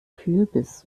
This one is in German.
kürbis